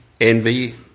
envy